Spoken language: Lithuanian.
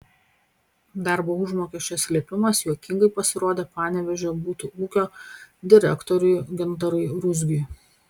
darbo užmokesčio slėpimas juokingai pasirodė panevėžio butų ūkio direktoriui gintarui ruzgiui